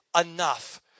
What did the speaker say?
enough